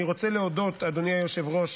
אני רוצה להודות, אדוני היושב-ראש.